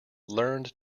learned